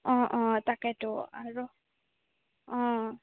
অঁ অঁ তাকেতো আৰু অঁ